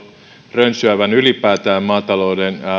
rönsyävän ylipäätään maatalouden